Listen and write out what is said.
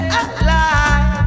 alive